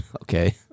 Okay